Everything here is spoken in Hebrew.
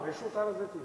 רשות הר-הזיתים.